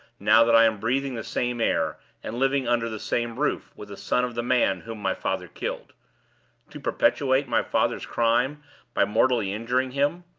now that i am breathing the same air, and living under the same roof with the son of the man whom my father killed to perpetuate my father's crime by mortally injuring him,